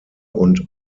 und